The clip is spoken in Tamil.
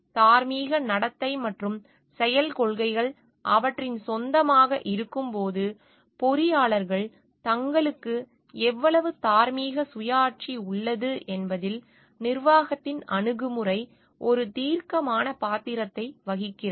தார்மீக நடத்தை மற்றும் செயல் கொள்கைகள் அவற்றின் சொந்தமாக இருக்கும்போது பொறியாளர்கள் தங்களுக்கு எவ்வளவு தார்மீக சுயாட்சி உள்ளது என்பதில் நிர்வாகத்தின் அணுகுமுறை ஒரு தீர்க்கமான பாத்திரத்தை வகிக்கிறது